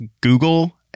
Google